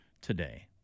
today